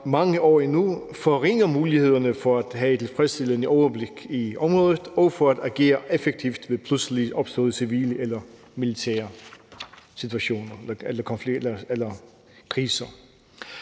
mange år endnu forringer mulighederne for at have et tilfredsstillende overblik i området og for at agere effektivt ved pludseligt opståede civile eller militære kriser. Overordnet kræver